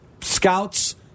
scouts